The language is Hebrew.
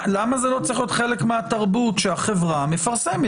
למה זה לא צריך להיות חלק מהתרבות שהחברה מפרסמת?